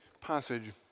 passage